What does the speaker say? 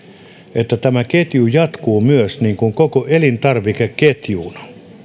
että ketju jatkuu myös koko elintarvikeketjuun